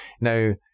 Now